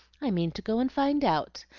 i mean to go and find out.